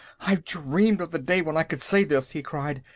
i've dreamed of the day when i could say this! he cried.